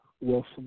Wilson